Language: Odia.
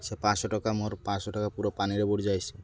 ସେ ପାଞ୍ଚଶହ ଟଙ୍କା ମୋର ପାଞ୍ଚଶହ ଟଙ୍କା ପୁରା ପାଣିରେ ବୁଡ଼ି ଯାଇଛି